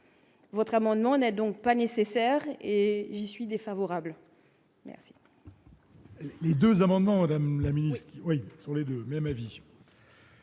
votre amendement n'est donc pas nécessaire et j'y suis défavorable. Les